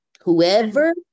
Whoever